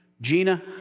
Gina